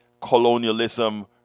colonialism